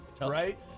Right